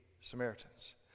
Samaritans